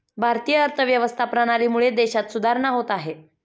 भारतीय अर्थव्यवस्था प्रणालीमुळे देशात सुधारणा होत आहे